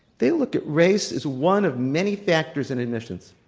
they look at race as one of many factors in admissions.